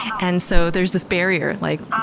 and so there's this barrier, like,